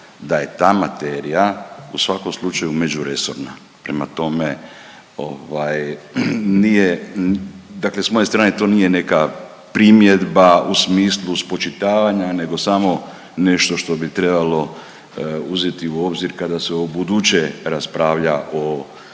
da je ta materija u svakom slučaju međuresorna, prema tome ovaj nije, dakle s moje strane to nije neka primjedba u smislu spočitavanja nego samo nešto što bi trebalo uzeti u obzir kada se ubuduće raspravlja o, o takvim